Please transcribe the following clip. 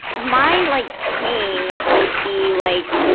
my like pain would be like,